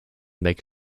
make